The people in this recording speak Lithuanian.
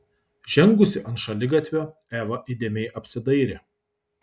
žengusi ant šaligatvio eva įdėmiai apsidairė